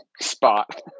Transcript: spot